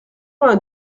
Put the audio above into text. vingt